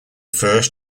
first